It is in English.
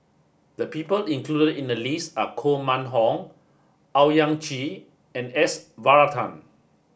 the people included in the list are Koh Mun Hong Owyang Chi and S Varathan